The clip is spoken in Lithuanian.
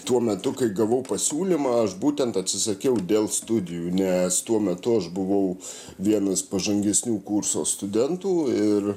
tuo metu kai gavau pasiūlymą aš būtent atsisakiau dėl studijų nes tuo metu aš buvau vienas pažangesnių kurso studentų ir